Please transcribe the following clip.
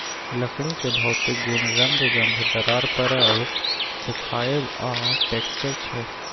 लकड़ीक भौतिक गुण रंग, गंध, दरार परब, सुखाएब आ टैक्सचर छै